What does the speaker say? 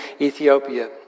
Ethiopia